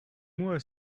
moi